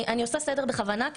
אני בכוונה עושה סדר כי